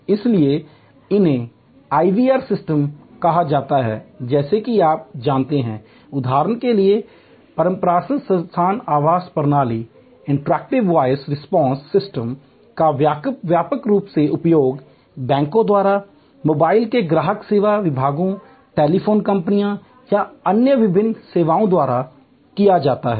इसलिए इन्हें IVR system कहा जाता है जैसा कि आप जानते हैं उदाहरण के लिएपरस्पर संवादात्मक आवाज़ प्रतिक्रिया प्रणाली का व्यापक रूप से उपयोग बैंकों द्वारा मोबाइल के ग्राहक सेवा विभागों टेलीफोन कंपनियों या अन्य विभिन्न सेवाओं द्वारा किया जाता है